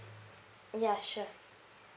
ya sure